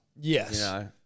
Yes